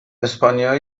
اسپانیا